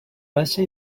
baixa